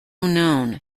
known